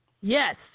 Yes